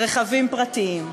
רכבים פרטיים.